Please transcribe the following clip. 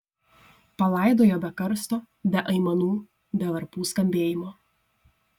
palaidojo be karsto be aimanų be varpų skambėjimo